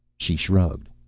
she shrugged.